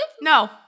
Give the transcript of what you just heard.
No